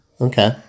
Okay